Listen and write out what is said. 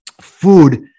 food